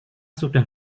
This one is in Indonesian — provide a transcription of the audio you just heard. sudah